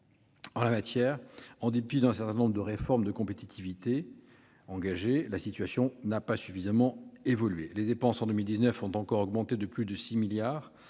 En la matière, en dépit d'un certain nombre de réformes de compétitivité engagées, la situation n'a pas suffisamment évolué. Ainsi, l'année dernière, les dépenses ont encore augmenté de plus de 6 milliards